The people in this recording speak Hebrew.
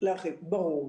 ברור.